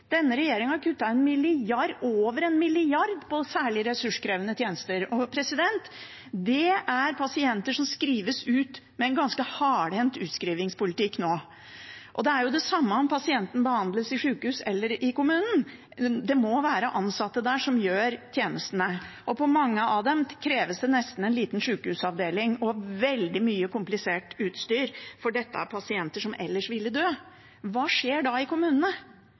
Denne regjeringen har kuttet over 1 mrd. kr i særlig ressurskrevende tjenester. Pasienter skrives ut med en ganske hardhendt utskrivningspolitikk nå. Det er det samme om pasienten behandles i sykehus eller i kommunen, det må være ansatte der som gjør tjenestene. For mange av dem kreves det nesten en liten sykehusavdeling og veldig mye komplisert utstyr, for dette er pasienter som ellers ville dø. Hva skjer da i kommunene?